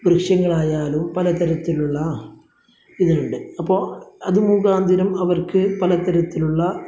വൃക്ഷങ്ങളായാലും പല തരത്തിലുള്ള ഇലയുണ്ട് അപ്പോൾ അത് മുഖാന്തിരം അവര്ക്ക് പല തരത്തിലുള്ള